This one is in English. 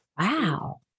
Wow